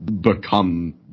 become